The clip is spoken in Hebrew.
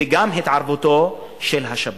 וגם התערבותו של השב"כ.